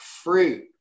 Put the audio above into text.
fruit